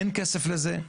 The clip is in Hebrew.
אין כסף לזה,